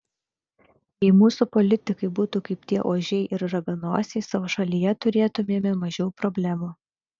jei mūsų politikai būtų kaip tie ožiai ir raganosiai savo šalyje turėtumėme mažiau problemų